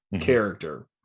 character